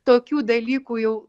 tokių dalykų jau